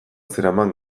zeraman